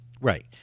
Right